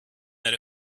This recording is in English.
that